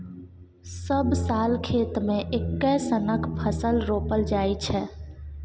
सब साल खेत मे एक्के सनक फसल रोपल जाइ छै